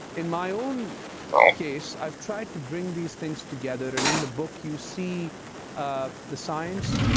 in my own case i've tried to bring these things together, and in the book you see ah the science,